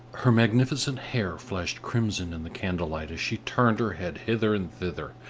her magnificent hair flashed crimson in the candle-light, as she turned her head hither and thither,